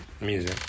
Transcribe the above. music